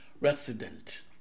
resident